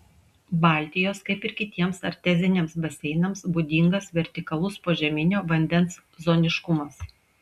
baltijos kaip ir kitiems arteziniams baseinams būdingas vertikalus požeminio vandens zoniškumas